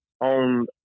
on